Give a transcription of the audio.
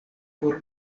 por